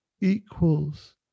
equals